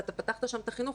ואתה פתחת שם את החינוך,